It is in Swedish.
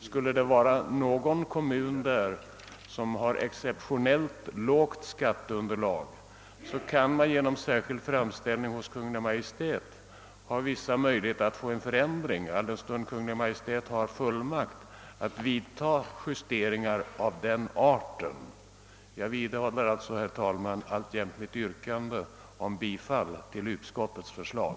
Skulle det finnas någon kommun som har exceptionellt lågt skatteunderlag, så kan den genom särskild framställning till Kungl. Maj:t ha vissa möjligheter att få en förändring, alldenstund Kungl. Maj:t har fullmakt att vidta justeringar av den arten. Jag vidhåller, herr talman, alltjämt mitt yrkande om bifall till utskottets förslag.